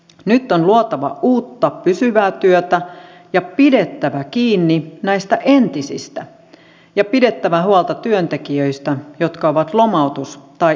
nyt on luotava uutta pysyvää työtä pidettävä kiinni näistä entisistä ja pidettävä huolta työntekijöistä jotka ovat lomautus tai irtisanomisuhan alla